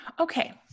Okay